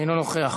אינו נוכח,